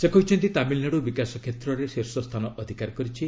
ସେ କହିଛନ୍ତି ତାମିଲନାଡ଼ୁ ବିକାଶ କ୍ଷେତ୍ରରେ ଶୀର୍ଷ ସ୍ଥାନ ଅଧିକାର କରିଛି